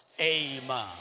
Amen